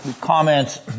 Comments